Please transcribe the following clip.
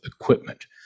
equipment